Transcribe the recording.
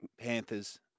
Panthers